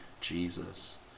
Jesus